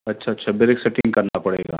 अच्छा अच्छा brake setting करना पड़ेगा